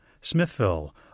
Smithville